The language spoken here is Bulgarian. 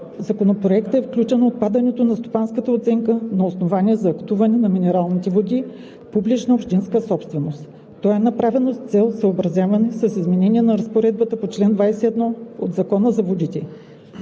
Законопроекта е включено отпадането на стопанската оценка като основание за актуване на минерални води, публична общинска собственост. То е направено с цел съобразяване с изменение на разпоредбата на чл. 21 от Закона за водите.